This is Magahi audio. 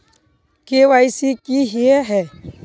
के.वाई.सी की हिये है?